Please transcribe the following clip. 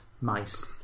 mice